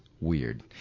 Weird